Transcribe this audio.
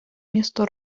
місто